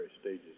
stages